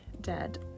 dead